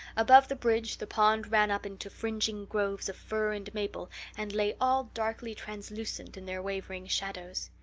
above the bridge the pond ran up into fringing groves of fir and maple and lay all darkly translucent in their wavering shadows.